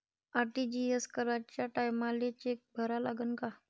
RTGS कराच्या टायमाले cheque भरा लागन का?